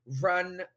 run